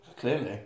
clearly